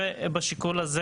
ובשיקול הזה